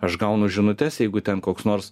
aš gaunu žinutes jeigu ten koks nors